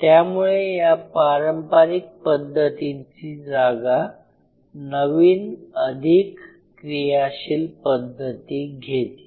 त्यामुळे या पारंपारिक पद्धतींची जागा नवीन अधिक क्रियाशील पद्धती घेतील